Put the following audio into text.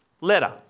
letter